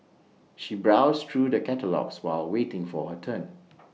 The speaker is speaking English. she browsed through the catalogues while waiting for her turn